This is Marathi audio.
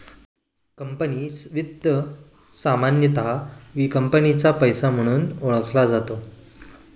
कंपनी वित्त सामान्यतः कंपनीचा पैसा म्हणून ओळखला जातो